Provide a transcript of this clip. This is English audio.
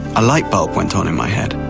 ah light bulb went on in my head.